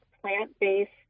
plant-based